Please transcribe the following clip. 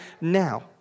now